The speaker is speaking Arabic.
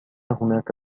هناك